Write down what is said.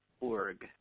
org